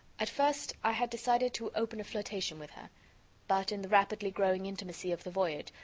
at first, i had decided to open a flirtation with her but, in the rapidly growing intimacy of the voyage,